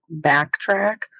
backtrack